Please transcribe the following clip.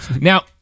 Now